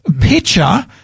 picture